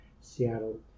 Seattle